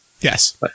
yes